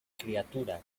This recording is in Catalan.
criatura